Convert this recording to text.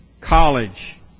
college